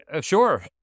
Sure